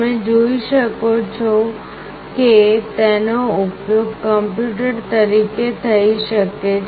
તમે જોઈ શકો છો કે તેનો ઉપયોગ કમ્પ્યુટર તરીકે થઈ શકે છે